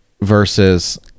versus